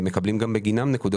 וגם גבו